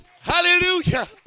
hallelujah